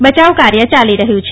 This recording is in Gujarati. બચાવકાર્ય ચાલી રહ્યું છે